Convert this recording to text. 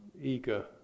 eager